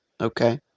Okay